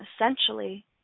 Essentially